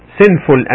Sinful